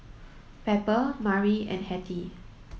Pepper Mari and Hettie